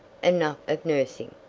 enough of nursing.